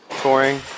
touring